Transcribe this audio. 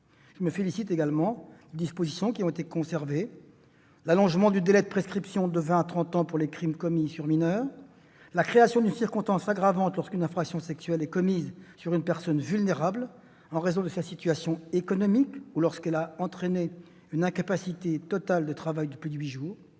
Je me félicite également des dispositions qui ont été conservées : l'allongement du délai de prescription de vingt à trente ans pour les crimes commis sur mineurs ; la création d'une circonstance aggravante lorsqu'une infraction sexuelle est commise sur une personne vulnérable en raison de sa situation économique ou lorsqu'elle a entraîné une incapacité totale de travail de plus de huit jours